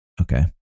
Okay